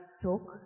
talk